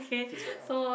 she's back ah